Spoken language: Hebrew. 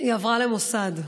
היא עברה למוסד,